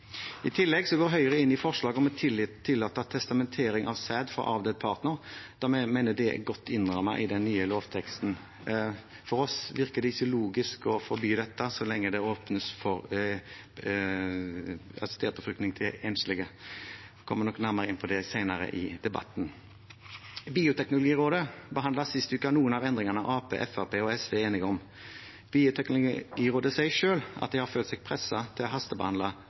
I tillegg går Høyre inn i forslaget om å tillate testamentering av sæd fra avdød partner, da vi mener det er godt innrammet i den nye lovteksten. For oss virker det ikke logisk å forby dette så lenge det åpnes for assistert befruktning til enslige. Jeg kommer nok nærmere inn på det senere i debatten. Bioteknologirådet behandlet sist uke noen av endringene Arbeiderpartiet, Fremskrittspartiet og SV er enige om. Bioteknologirådet sier selv at de har følt seg presset til å hastebehandle